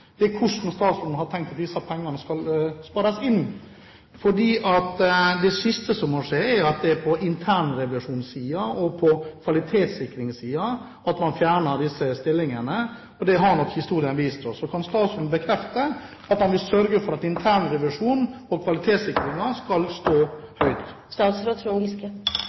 bekrefte, er hvordan statsråden har tenkt at disse pengene skal spares inn. Det siste som må skje, er at det er på internrevisjonssiden og på kvalitetssikringssiden at man fjerner disse stillingene. Det har nok historien vist oss. Kan statsråden bekrefte at han vil sørge for at internrevisjonen og kvalitetssikringen skal stå